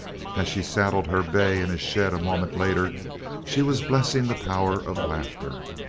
as she saddled her bay in a shed a moment later she was blessing the power of laughter.